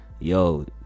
yo